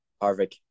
Harvick